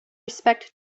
respect